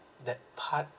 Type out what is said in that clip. that part